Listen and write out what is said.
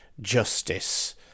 justice